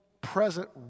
present